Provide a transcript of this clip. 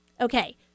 Okay